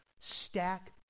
stack